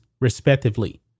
respectively